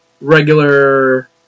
regular